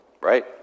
right